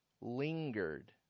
lingered